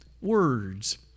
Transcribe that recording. Words